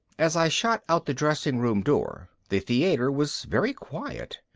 as i shot out the dressing room door the theater was very quiet.